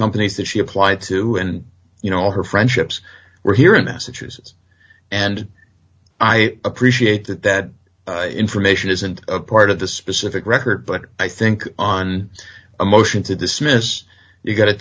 companies that she applied to you know her friendships were here in massachusetts and i appreciate that that information isn't part of the specific record but i think on a motion to dismiss you've got